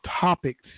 topics